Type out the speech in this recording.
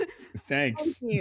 thanks